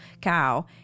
cow